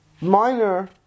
minor